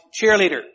cheerleader